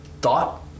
thought